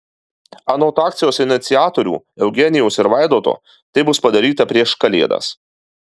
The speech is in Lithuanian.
anot akcijos iniciatorių eugenijaus ir vaidoto tai bus padaryta prieš kalėdas